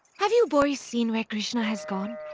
have you boys seen where krishna has gone?